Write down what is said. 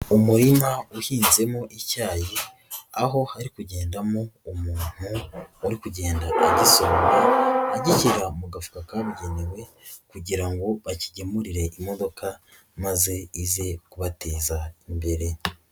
Umurima uhinzemo icyayi aho hari kugendamo umuntu uri kugenda agisoroma agishyira mu gafuka kabugenewe kugira ngo bakigemurire imodoka maze ize kubateza imbere.